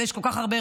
אבל יש כל כך הרבה,